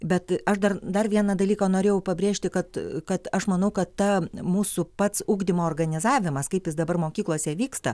bet aš dar dar vieną dalyką norėjau pabrėžti kad kad aš manau kad ta mūsų pats ugdymo organizavimas kaip jis dabar mokyklose vyksta